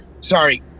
sorry